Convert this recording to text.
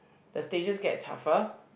the stages get tougher